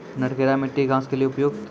नटखेरा मिट्टी घास के लिए उपयुक्त?